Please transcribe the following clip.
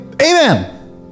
Amen